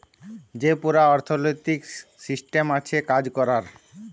যে পুরা অথ্থলৈতিক সিসট্যাম আছে কাজ ক্যরার